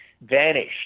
vanished